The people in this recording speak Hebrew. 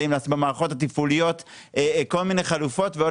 אם לעשות במערכות התפעוליות כל מיני חלופות ועוד